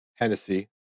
Hennessy